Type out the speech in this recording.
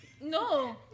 No